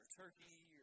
turkey